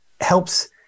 helps